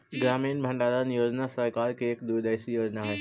ग्रामीण भंडारण योजना सरकार की एक दूरदर्शी योजना हई